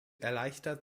erleichtert